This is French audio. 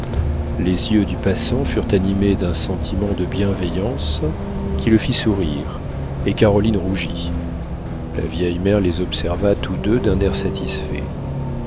les yeux du passant furent animés d'un sentiment de bienveillance qui le fit sourire et caroline rougit la vieille mère les observa tous deux d'un air satisfait